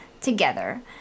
together